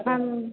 ಹಾಂ